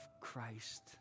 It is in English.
Christ